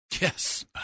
Yes